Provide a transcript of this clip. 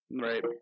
right